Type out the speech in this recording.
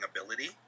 ability